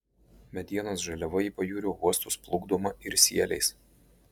medienos žaliava į pajūrio uostus plukdoma ir sieliais